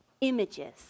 images